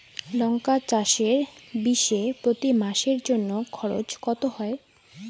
লঙ্কা চাষে বিষে প্রতি সারের জন্য খরচ কত হয়?